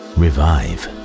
revive